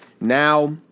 now